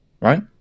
Right